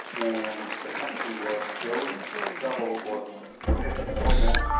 and the country was closed travel was prohibited almost,